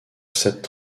cette